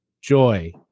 joy